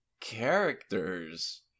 characters